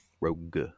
Rogue